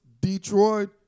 Detroit